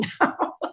now